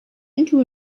into